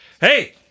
Hey